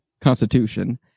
Constitution